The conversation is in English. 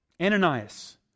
Ananias